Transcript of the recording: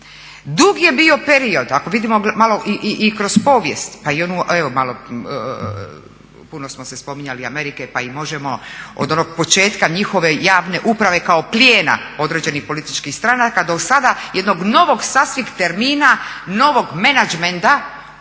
Dug je bio period, ako vidimo malo i kroz povijest pa i onu, evo puno smo se spominjali Amerike pa i možemo od onog početka njihove javne uprave kao plijena određenih političkih stranaka do sada jednog novog termina, novog menadžmenta,